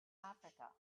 africa